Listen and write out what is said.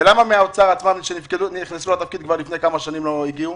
ולמה מהאוצר כאלה שנכנסו לתפקיד כבר לפני כמה שנים לא הגיעו?